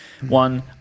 one